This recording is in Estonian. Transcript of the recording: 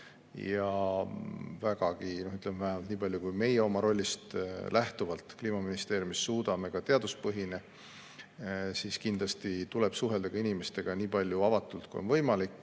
– vähemalt niipalju, kui meie oma rollist lähtuvalt Kliimaministeeriumis suudame – teaduspõhine. Kindlasti tuleb suhelda inimestega nii avatult, kui on võimalik,